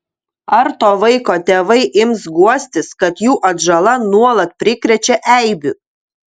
ar to vaiko tėvai ims guostis kad jų atžala nuolat prikrečia eibių